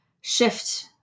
shift